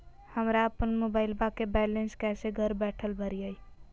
हमरा अपन मोबाइलबा के बैलेंस कैसे घर बैठल भरिए?